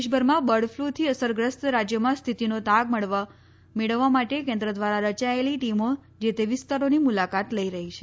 દેશભરમાં બર્ડ ફલુથી અસરગ્રસ્ત રાજયોમાં સ્થિતિનો તાગ મેળવવા માટે કેન્દ્ર ઘ્વારા રચાયેલી ટીમો જે તે વિસ્તારોની મુલાકાત લઇ રહી છે